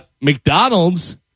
McDonald's